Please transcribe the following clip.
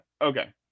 okay